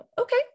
Okay